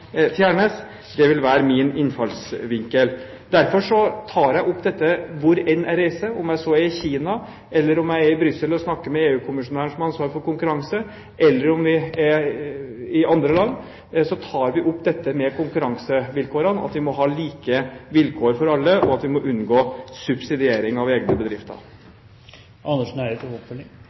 vil være min innfallsvinkel. Derfor tar jeg opp dette hvor jeg enn reiser. Om jeg så er i Kina, om jeg er i Brussel og snakker med EU-kommissæren som har ansvaret for konkurranse, eller om jeg er i andre land, så tar vi opp dette med konkurransevilkårene – at vi må ha like vilkår for alle, og at vi må unngå subsidiering av egne bedrifter.